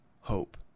hope